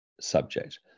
subject